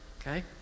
okay